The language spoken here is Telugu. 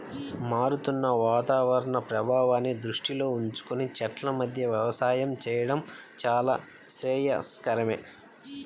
మారుతున్న వాతావరణ ప్రభావాన్ని దృష్టిలో ఉంచుకొని చెట్ల మధ్య వ్యవసాయం చేయడం చాలా శ్రేయస్కరమే